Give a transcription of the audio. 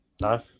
No